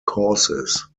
causes